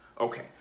Okay